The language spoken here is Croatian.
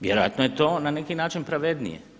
Vjerojatno je to na neki način pravednije.